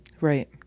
Right